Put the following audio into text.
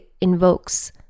invokes